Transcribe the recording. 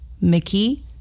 Mickey